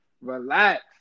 relax